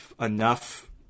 enough